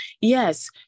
Yes